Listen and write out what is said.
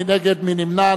מי נגד? מי נמנע?